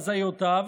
יש פעילות.